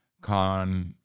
con